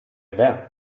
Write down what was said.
vem